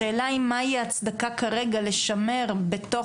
השאלה היא מהי ההצדקה כרגע לשמר בתוך